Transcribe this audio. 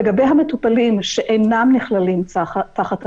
לגבי המטופלים שאינם נכללים תחת הצווים,